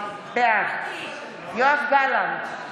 בעד יואב גלנט,